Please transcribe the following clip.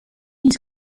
his